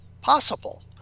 possible